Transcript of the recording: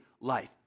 life